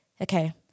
Okay